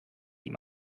die